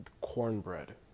cornbread